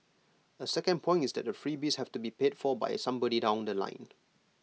A second point is that the freebies have to be paid for by somebody down The Line